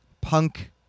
punk